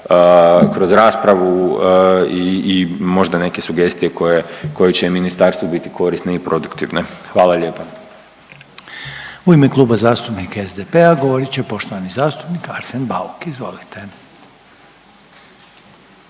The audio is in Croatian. kroz raspravu i, i možda neke sugestije koje, koje će ministarstvu biti korisne i produktivne, hvala lijepa. **Reiner, Željko (HDZ)** U ime Kluba zastupnika SDP-a govorit će poštovani zastupnik Arsen Bauk, izvolite.